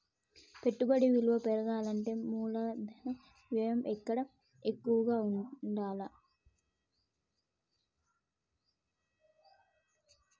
పెట్టుబడి విలువ పెరగాలంటే మూలధన వ్యయం కూడా ఎక్కువగా ఉండాల్ల